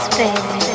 baby